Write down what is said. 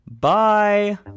Bye